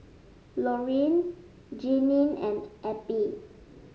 Lorene Jeanine and Eppie